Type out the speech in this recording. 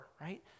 right